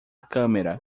câmera